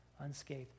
unscathed